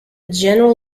general